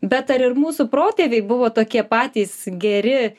bet ar ir mūsų protėviai buvo tokie patys geri